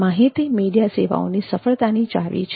માહિતી મીડિયા સેવાઓની સફળતાની ચાવી છે